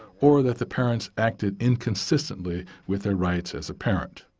or that the parents acted inconsistently with their rights as a parent.